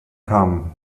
come